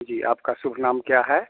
जी आपका शुभ नाम क्या है